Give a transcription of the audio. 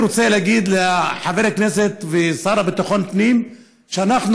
אני רוצה להגיד לחבר הכנסת והשר לביטחון פנים שאנחנו